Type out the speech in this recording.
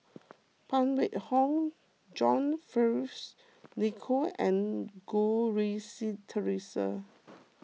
Phan Wait Hong John Fearns Nicoll and Goh Rui Si theresa